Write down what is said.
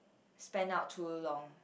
spend out too long